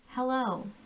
Hello